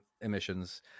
emissions